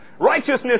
Righteousness